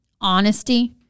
Honesty